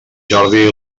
jordi